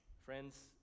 Friends